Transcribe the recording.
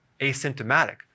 asymptomatic